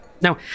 Now